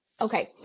Okay